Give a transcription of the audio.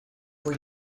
were